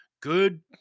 good